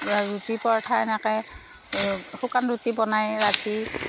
আৰু ৰুটি পৰঠা এনেকেই শুকান ৰুটি বনাই ৰাতি